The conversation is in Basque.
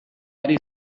hari